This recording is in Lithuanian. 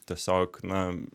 tiesiog na